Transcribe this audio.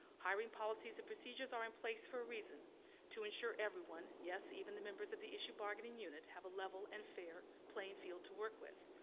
hiring policies and procedures are in place for a reason to ensure everyone, yes, even the members of the issu bargaining unit have a level and fair playing field to work with.